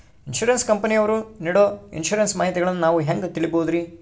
Insurance ಕಂಪನಿಯವರು ನೇಡೊ insurance ಮಾಹಿತಿಗಳನ್ನು ನಾವು ಹೆಂಗ ತಿಳಿಬಹುದ್ರಿ?